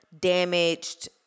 damaged